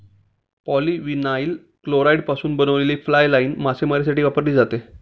polyvinyl क्लोराईडपासून बनवलेली fly line मासेमारीसाठी वापरली जाते